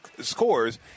scores